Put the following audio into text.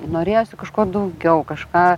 norėjosi kažko daugiau kažką